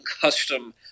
custom